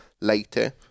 later